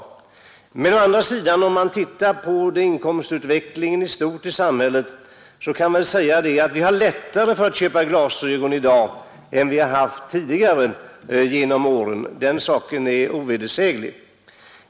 Men om man å andra sidan ser på inkomstutvecklingen i samhället kan man säga att människorna i dag har lättare för att köpa glasögon än vad fallet var tidigare. Den saken är ovedersäglig.